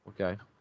okay